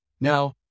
Now